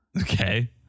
okay